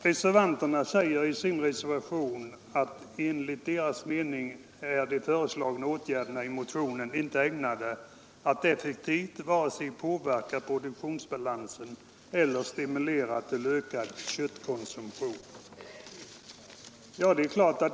Reservanterna anför i reservationen att enligt deras mening är ”de i motionen föreslagna åtgärderna inte ägnade att effektivt vare sig påverka produktionsbalansen eller stimulera till ökad köttkonsumtion”.